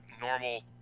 normal